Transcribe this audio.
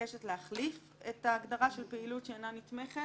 מבקשת להחליף את ההגדרה של פעילות שאינה נתמכת,